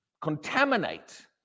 Contaminate